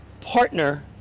partner